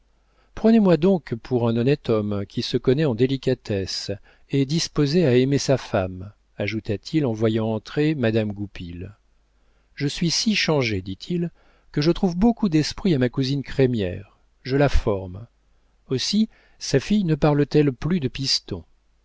prenez-moi donc pour un honnête homme qui se connaît en délicatesse et disposé à aimer sa femme ajouta-t-il en voyant entrer madame goupil je suis si changé dit-il que je trouve beaucoup d'esprit à ma cousine crémière je la forme aussi sa fille ne parle-t-elle plus de pistons